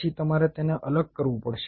પછી તમારે તેને અલગ કરવું પડશે